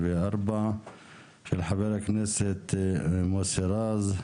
של חה"כ מוסי רז,